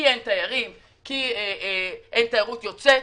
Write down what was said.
כי אין תיירים ואין תיירות יוצאת,